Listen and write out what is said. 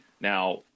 Now